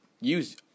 use